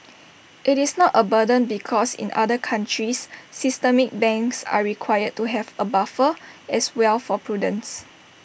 IT is not A burden because in other countries systemic banks are required to have A buffer as well for prudence